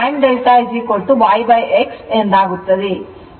ಈಗ tan deltay x ಆಗುತ್ತದೆ